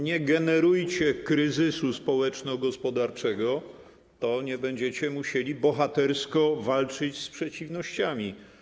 Nie generujcie kryzysu społeczno-gospodarczego, to nie będziecie musieli bohatersko walczyć z przeciwnościami.